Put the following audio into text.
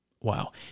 Wow